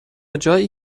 جایی